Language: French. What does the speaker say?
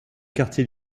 quartier